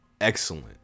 excellent